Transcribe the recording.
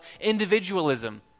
individualism